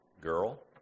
girl